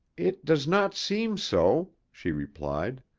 it does not seem so, she replied.